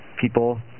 People